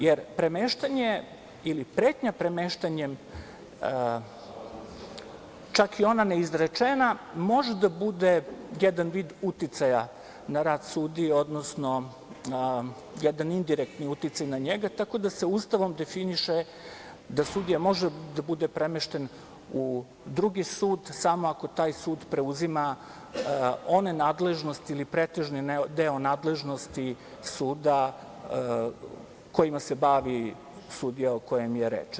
Jer, premeštanje ili pretnja premeštanjem, čak i ona neizrečena, može da bude jedan vid uticaja na rad sudije, odnosno jedan indirektni uticaj na njega, tako da se Ustavom definiše da sudija može da bude premešten u drugi sud samo ako taj sud preuzima one nadležnosti ili pretežni deo nadležnosti suda kojima se bavi sudija o kojem je reč.